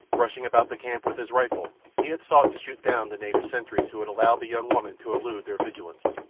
rushing about the camp with his rifle, he had sought to shoot down the native sentries who had allowed the young woman to elude their vigilance,